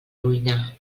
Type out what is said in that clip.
ruïna